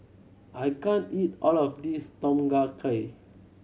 I can't eat all of this Tom Kha Gai